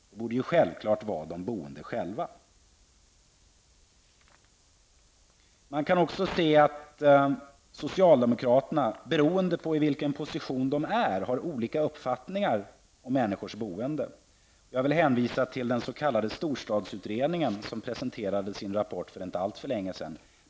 Det borde självklart vara de boende själva. Vi kan också se att socialdemokraterna, beroende på i vilken position de är, har olika uppfattningar om människors boende. Jag vill hänvisa till den s.k. storstadsutredningen, som presenterade sin rapport för inte alltför länge sedan.